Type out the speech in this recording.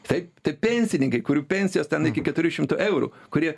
taip tai pensininkai kurių pensijos ten iki keturių šimtų eurų kurie